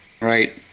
right